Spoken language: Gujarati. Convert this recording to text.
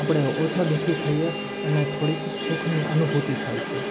આપણે ઓછા દુઃખી થઈએ અને થોડીક સુખની અનુભૂતિ થાય છે